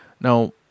now